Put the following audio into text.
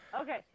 Okay